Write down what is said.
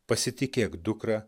pasitikėk dukra